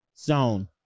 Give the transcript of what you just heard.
zone